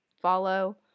follow